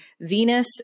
Venus